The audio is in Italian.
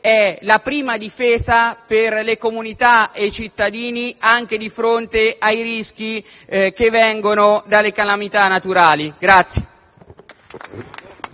è la prima difesa per le comunità e i cittadini anche di fronte ai rischi che vengono dalle calamità naturali.